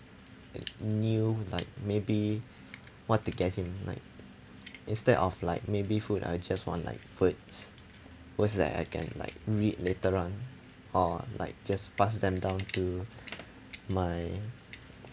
uh knew like maybe what to get him like instead of like maybe food I'll just want like words words that I can like read later on or like just pass them down to my